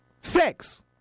sex